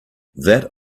that